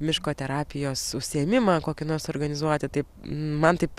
miško terapijos užsiėmimą kokį nors organizuoti taip man taip